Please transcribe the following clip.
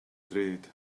ddrud